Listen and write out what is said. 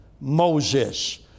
Moses